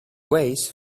weighs